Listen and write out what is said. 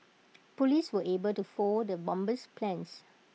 Police were able to foil the bomber's plans